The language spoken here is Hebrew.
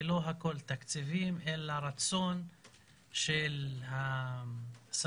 ולא הכול תקציבים אלא רצון של השרים,